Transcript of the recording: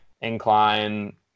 incline